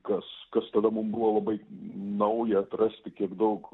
kas kas tada mum buvo labai nauja atrasti kiek daug